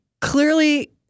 clearly